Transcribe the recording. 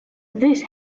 this